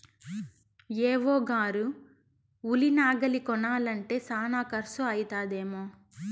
AO గారు ఉలి నాగలి కొనాలంటే శానా కర్సు అయితదేమో